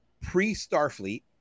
pre-Starfleet